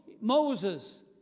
Moses